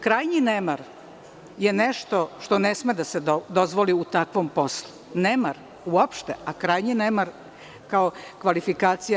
Krajnji nemar je nešto što ne sme da se dozvoli u takvom poslu, nemar uopšte, a pogotovo krajnji nemar kao kvalifikacija.